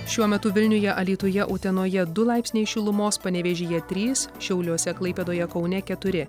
šiuo metu vilniuje alytuje utenoje du laipsniai šilumos panevėžyje trys šiauliuose klaipėdoje kaune keturi